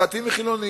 דתיים וחילונים.